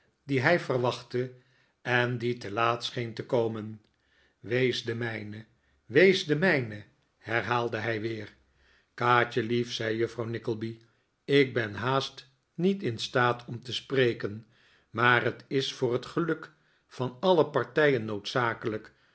dien hij verwachtte en die te laat scheen te komen wees de mijne wees de mijne herhaalde hij weer kaatjelief zei juffrouw nickleby ik ben haast niet in staat om te spreken maar het is voor het geluk van alle partijen noodzakelijk